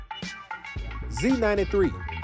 Z93